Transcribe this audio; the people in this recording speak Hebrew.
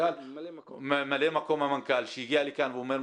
לממלא מקום המנכ"ל שהגיע לכאן ואומר,